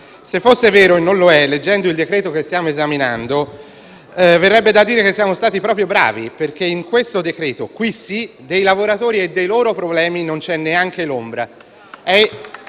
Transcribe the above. Se fosse vero - e non lo è - leggendo il provvedimento che stiamo esaminando verrebbe da dire che siamo stati proprio bravi, perché in questo decreto - qui sì - dei lavoratori e dei loro problemi non c'è neanche l'ombra.